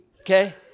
okay